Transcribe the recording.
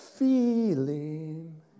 Feeling